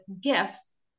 gifts